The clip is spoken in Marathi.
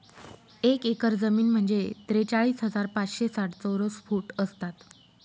एक एकर जमीन म्हणजे त्रेचाळीस हजार पाचशे साठ चौरस फूट असतात